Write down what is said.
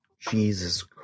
Jesus